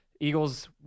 Eagles